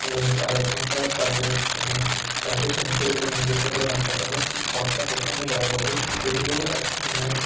আর এখানকার প্রাইভেট মানে প্রাইভেট যে হসপিটালগুলো মানে বেসরকারি হাসপাতালে খরচা প্রচন্ড ব্যয়বহুল এগুলো একটু মানে